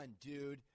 dude